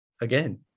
again